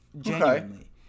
genuinely